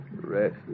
rest